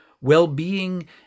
well-being